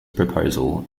proposal